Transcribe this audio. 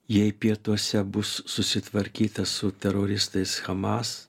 jei pietuose bus susitvarkyta su teroristais hamas